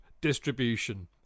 distribution